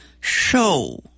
show